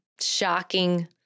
shocking